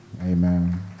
Amen